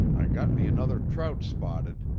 i got me another trout spotted.